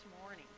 morning